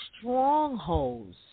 strongholds